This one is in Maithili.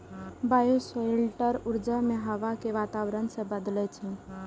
बायोशेल्टर ऊर्जा कें हवा के वातावरण सं बदलै छै